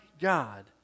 God